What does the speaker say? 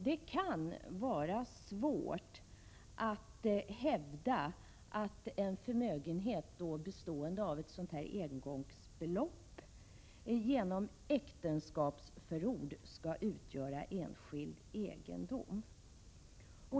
Det kan vara svårt att hävda att en förmögenhet, bestående av ett sådant här engångsbelopp, genom äktenskapsförord skall utgöra enskild egendom.